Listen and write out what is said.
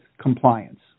compliance